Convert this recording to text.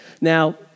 Now